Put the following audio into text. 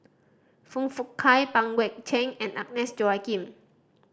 Foong Fook Kay Pang Guek Cheng and Agnes Joaquim